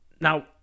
Now